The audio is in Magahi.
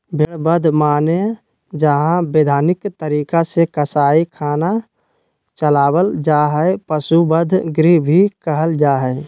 भेड़ बध माने जहां वैधानिक तरीका से कसाई खाना चलावल जा हई, पशु वध गृह भी कहल जा हई